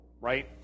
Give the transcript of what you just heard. right